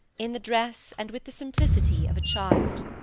in the dress and with the simplicity of a child.